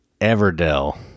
Everdell